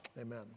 Amen